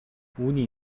үүний